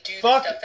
Fuck